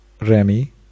Remy